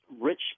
rich